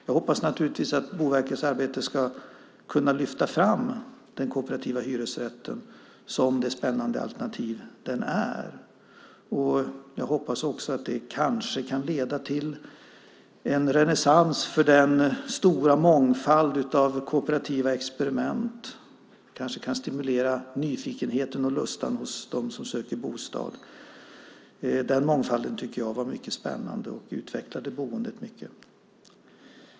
Jag hoppas naturligtvis att Boverkets arbete ska kunna lyfta fram den kooperativa hyresrätten som det spännande alternativ den är. Jag hoppas också att det kanske kan leda till en renässans för den stora mångfalden av kooperativa experiment och stimulera nyfikenheten och lustan hos dem som söker bostad. Den mångfalden tycker jag var mycket spännande och utvecklade boendet mycket.